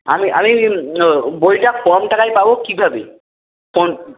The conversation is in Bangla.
আমি আমি বইটা কম টাকায় পাবো কীভাবে কোন